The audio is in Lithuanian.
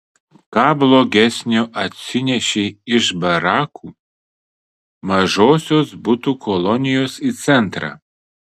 ką blogesnio atsinešei iš barakų mažosios butų kolonijos į centrą